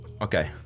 Okay